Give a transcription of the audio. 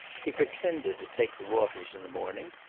he pretended to take the waters in the morning,